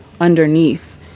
underneath